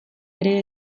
ere